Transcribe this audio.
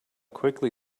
quickly